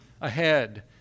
ahead